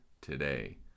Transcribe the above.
today